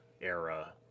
era